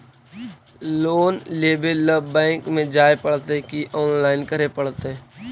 Loan लेवे ल bank में जाय पड़तै कि औनलाइन करे पड़तै?